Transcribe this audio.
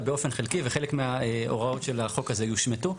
באופן חלקי וחלק מההוראות של החוק הזה יושמטו.